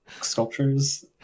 sculptures